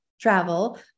travel